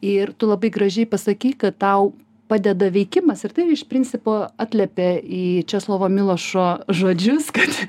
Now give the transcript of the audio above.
ir tu labai gražiai pasakei kad tau padeda veikimas ir tai iš principo atliepia į česlovo milošo žodžius kad